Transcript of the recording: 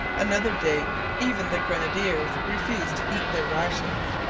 another day even the grenadiers refused to eat their rations.